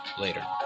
later